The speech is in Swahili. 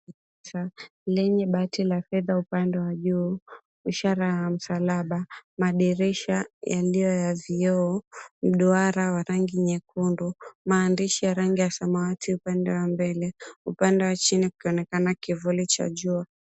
Kanisa lenye bati la fedha upande wa juu, ishara ya msalaba, madirisha yaliyo ya vioo, mduara wa rangi nyekundu, maandishi ya rangi ya samawati pande wa mbele, upande wa chini kukionekana kivuli cha jua.